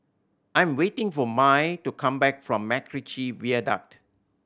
I'm waiting for Mai to come back from MacRitchie Viaduct